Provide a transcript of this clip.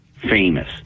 Famous